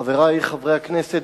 חברי חברי הכנסת,